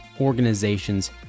organizations